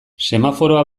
semaforoa